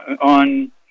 On